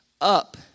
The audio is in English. up